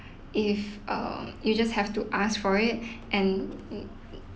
if err you just have to ask for it and